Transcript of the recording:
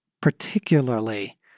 particularly